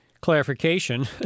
clarification